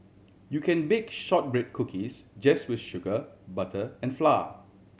you can bake shortbread cookies just with sugar butter and flour